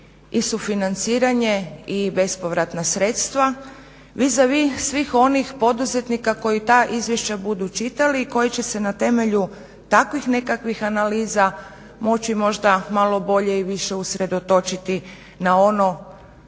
i sufinanciranje i bespovratna sredstva vis a vis svih onih poduzetnika koji ta izvješća budu čitali i koji će se na temelju takvih nekakvih analiza moći možda malo bolje i više usredotočiti na ono